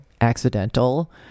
accidental